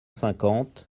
cinquante